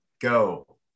go